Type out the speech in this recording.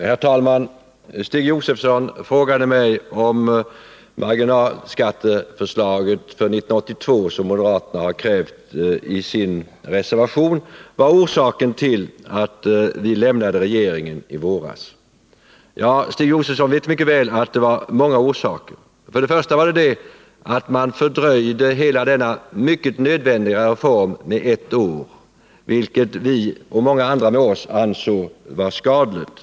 Herr talman! Stig Josefson frågade mig, om det marginalskatteförslag för 1982 som moderaterna har krävt i sin reservation var orsaken till att vi lämnade regeringen i våras. Stig Josefson vet mycket väl att det var många orsaker till detta. Först och främst var det att man fördröjde hela denna mycket nödvändiga reform med ett år, vilket vi och många med oss ansåg vara skadligt.